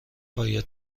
باید